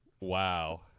Wow